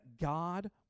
God